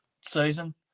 season